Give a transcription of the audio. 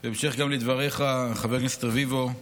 גם בהמשך לדבריך, חבר הכנסת רביבו,